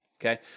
okay